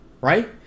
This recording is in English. right